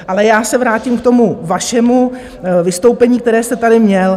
Ale já se vrátím k tomu vašemu vystoupení, které jste tady měl.